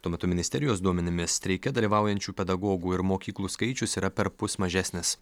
tuo metu ministerijos duomenimis streike dalyvaujančių pedagogų ir mokyklų skaičius yra perpus mažesnis